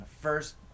first